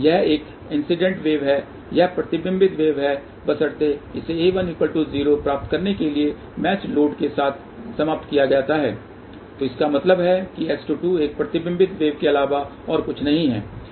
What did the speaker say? यह एक incident wave है यह प्रतिबिंबित वेव है बशर्ते इसे a10 प्राप्त करने के लिए मैच लोड के साथ समाप्त किया जाता है तो इसका मतलब है कि S22 एक प्रतिबिंबित वेव के अलावा और कुछ नहीं है b2a1 है